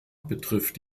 betrifft